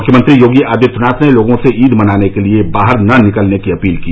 मुख्यमंत्री योगी आदित्यनाथ ने लोगों से ईद मनाने के लिए बाहर न निकलने की अपील की